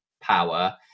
power